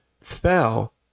fell